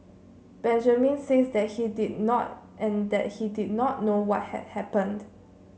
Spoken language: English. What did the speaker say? Benjamin says that he did not and that he did not know what had happened